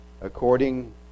according